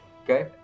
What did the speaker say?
okay